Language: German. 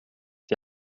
die